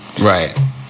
Right